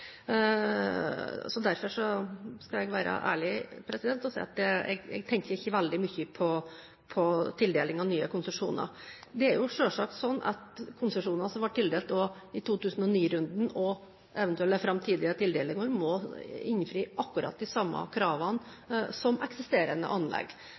Derfor skal jeg være ærlig og si at jeg tenker ikke veldig mye på tildeling av nye konsesjoner. Det er selvsagt sånn at konsesjoner som ble tildelt i 2009-runden, og eventuelle framtidige tildelinger, må innfri akkurat de samme kravene som eksisterende anlegg.